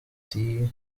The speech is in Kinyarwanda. tea